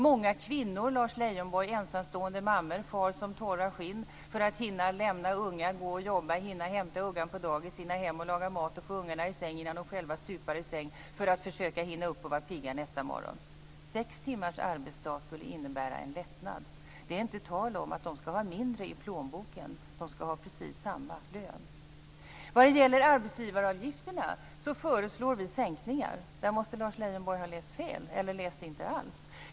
Många kvinnor, Lars Leijonborg - ensamstående mammor - far runt som torra skinn för att hinna lämna ungar, gå och jobba, hinna hämta ungar på dagis, hinna hem och laga mat och sedan få ungarna i säng innan de själva stupar i säng för att sedan försöka hinna upp och vara pigga nästa morgon. Sex timmars arbetsdag skulle innebära en lättnad. Det är inte tal om att de skall ha mindre i plånboken, utan de skall ha precis samma lön. Vad gäller arbetsgivaravgifterna föreslår vi sänkningar. Där måste Lars Leijonborg ha läst fel, eller inte alls ha läst.